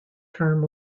term